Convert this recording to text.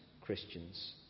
Christians